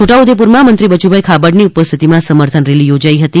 છોટા ઉદેપુરમાં મંત્રી બચુભાઇ ખાબડની ઉપસ્થિતિમાં સર્મથન રેલી યોજાઇ હતી